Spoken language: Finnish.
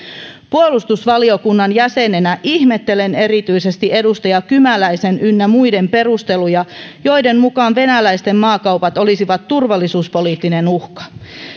puolustusvaliokunnan jäsenenä ihmettelen erityisesti edustaja kymäläisen ynnä muiden perusteluja joiden mukaan venäläisten maakaupat olisivat turvallisuuspoliittinen uhka